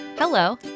Hello